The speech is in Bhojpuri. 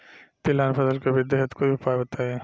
तिलहन फसल के वृद्धि हेतु कुछ उपाय बताई?